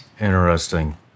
Interesting